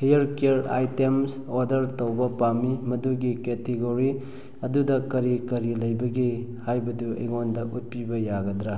ꯍꯤꯌꯔ care items order ꯇꯧꯕ ꯄꯥꯝꯏ ꯃꯗꯨꯒꯤ ꯀꯦꯇꯦꯒꯣꯔꯤ ꯑꯗꯨꯗ ꯀꯔꯤ ꯀꯔꯤ ꯂꯩꯕꯒꯦ ꯍꯥꯏꯕꯗꯨ ꯑꯩꯉꯣꯟꯗ ꯎꯠꯄꯤꯕ ꯌꯥꯒꯗ꯭ꯔꯥ